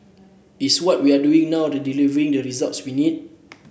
is what we are doing now to delivering the results we need